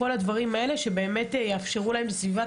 כל הדברים האלה שבאמת יאפשרו להם סביבת